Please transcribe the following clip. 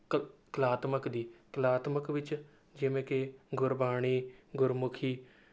ਕ ਕਲਾਤਮਕ ਦੀ ਕਲਾਤਮਕ ਵਿੱਚ ਜਿਵੇਂ ਕਿ ਗੁਰਬਾਣੀ ਗੁਰਮੁਖੀ